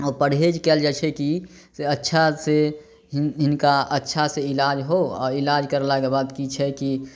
आओर परहेज कयल जाइ छै कि से अच्छा से हिनका अच्छा से इलाज हो आओर इलाज करलाके बाद की छै कि